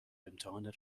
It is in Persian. امتحان